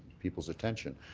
people's attention.